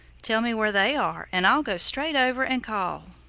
tell me where they are and i'll go straight over and call.